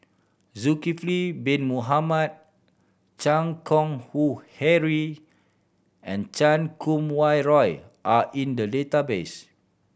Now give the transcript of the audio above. Zulkifli Bin Mohamed Chan Keng Howe Harry and Chan Kum Wah Roy are in the database